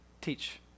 Teach